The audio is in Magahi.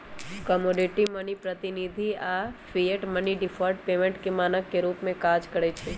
कमोडिटी मनी, प्रतिनिधि धन आऽ फिएट मनी डिफर्ड पेमेंट के मानक के रूप में काज करइ छै